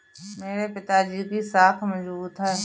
मेरे पिताजी की साख मजबूत है